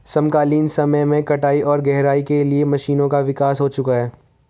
समकालीन समय में कटाई और गहराई के लिए मशीनों का विकास हो चुका है